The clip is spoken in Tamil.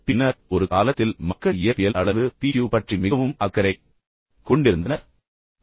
பின்னர் ஒரு காலத்தில் மக்கள் இயற்பியல் அளவு பீக்யூ பற்றி மிகவும் அக்கறை கொண்டிருந்தனர் என்று நான் உங்களுக்குச் சொன்னேன்